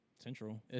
Central